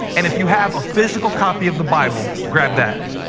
and if you have a physical copy of the bible, grab that.